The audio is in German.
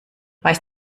weiß